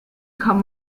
kann